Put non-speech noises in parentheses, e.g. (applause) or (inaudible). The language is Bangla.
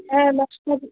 হ্যাঁ (unintelligible)